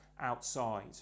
outside